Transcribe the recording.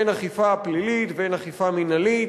הן אכיפה פלילית והן אכיפה מינהלית.